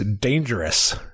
dangerous